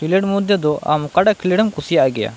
ᱠᱷᱮᱞᱳᱰ ᱢᱚᱫᱽ ᱨᱮ ᱫᱚ ᱟᱢ ᱚᱠᱟᱴᱟᱜ ᱠᱷᱮᱞᱳᱰ ᱮᱢ ᱠᱩᱥᱤᱭᱟᱜ ᱜᱮᱭᱟ